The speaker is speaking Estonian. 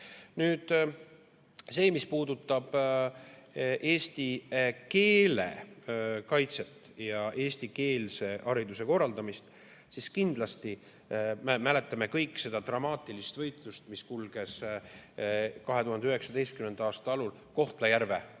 Nüüd sellest, mis puudutab eesti keele kaitset ja eestikeelse hariduse korraldamist. Me kindlasti mäletame kõik seda dramaatilist võitlust, mis kulges 2019. aasta alul Kohtla-Järve